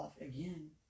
Again